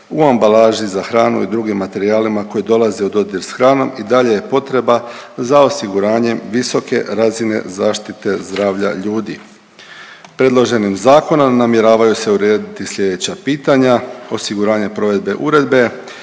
u ambalaži za hranu i drugim materijalima koji dolaze u dodir s hranom i dalje je potreba za osiguranjem visoke razine zaštite zdravlja ljudi. Predloženim zakonom namjeravaju se urediti slijedeća pitanja, osiguranje provedbe uredbe,